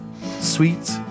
Sweet